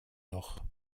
noch